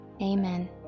amen